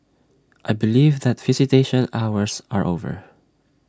I believe that visitation hours are over